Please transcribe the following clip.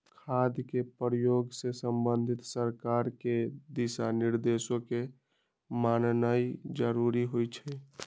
खाद के प्रयोग से संबंधित सरकार के दिशा निर्देशों के माननाइ जरूरी होइ छइ